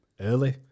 early